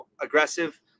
aggressive